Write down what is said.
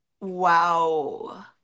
Wow